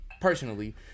personally